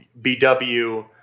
BW